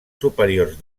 superiors